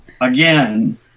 again